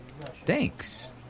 Thanks